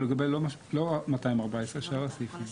לא רק 214, שאר הסעיפים.